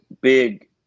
big